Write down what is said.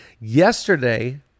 yesterday